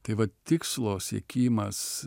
tai va tikslo siekimas